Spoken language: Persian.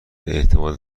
اعتماد